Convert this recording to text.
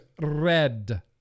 red